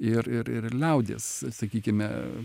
ir ir ir liaudies sakykime